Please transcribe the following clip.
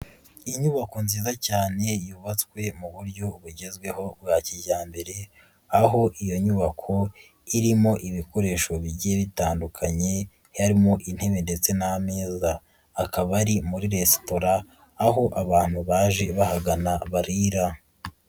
Inyubako nziza cyane, yubatswe mu buryo bugezweho bwa kijyambere, aho iyo nyubako irimo ibikoresho bigiye bitandukanye, haririmo intebe ndetse n'ameza, akaba ari muri resitora, aho abantu baje bahagana barira.